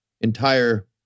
entire